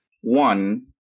one